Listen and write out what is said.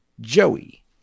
Joey